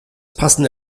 passende